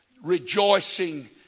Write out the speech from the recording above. rejoicing